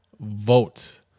vote